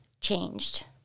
changed